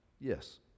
yes